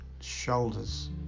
shoulders